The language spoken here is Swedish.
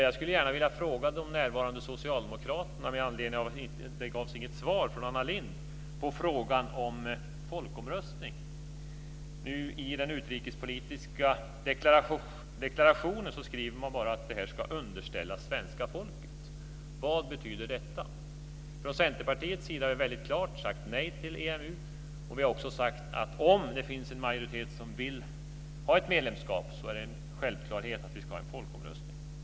Jag skulle gärna vilja ställa en fråga till de närvarande socialdemokraterna med anledning av att det inte gavs något svar från Anna Lindh på frågan om folkomröstning. I den utrikespolitiska deklarationen skriver man bara att det ska underställas svenska folket. Vad betyder detta? Från Centerpartiets sida har vi väldigt klart sagt nej till EMU, och vi har också sagt att det är en självklarhet att vi ska ha en folkomröstning om det finns en majoritet som vill ha ett medlemskap.